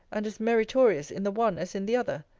and as meritorious, in the one as in the other.